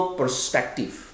perspective